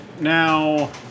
Now